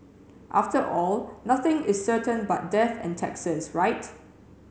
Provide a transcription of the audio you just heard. after all nothing is certain but death and taxes right